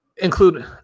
include